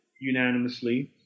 unanimously